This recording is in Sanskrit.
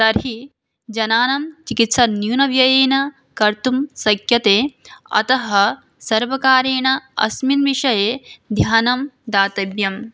तर्हि जनानां चिकित्सा न्यूनव्ययेन कर्तुं शक्यते अतः सर्वकारेण अस्मिन् विषये ध्यानं दातव्यम्